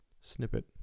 snippet